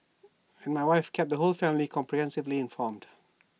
and my wife kept the whole family comprehensively informed